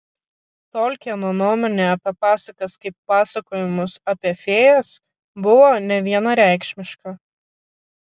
tolkieno nuomonė apie pasakas kaip pasakojimus apie fėjas buvo nevienareikšmiška